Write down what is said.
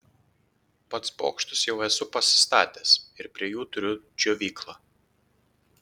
pats bokštus jau esu pasistatęs ir prie jų turiu džiovyklą